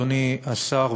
אדוני השר,